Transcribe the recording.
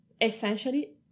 essentially